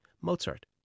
Mozart